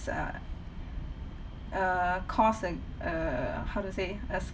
uh err cause a err how to say a